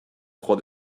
croix